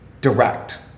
direct